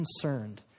concerned